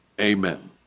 amen